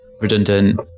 redundant